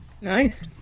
Nice